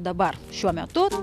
dabar šiuo metu